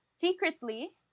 secretly